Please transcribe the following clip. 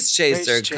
Chaser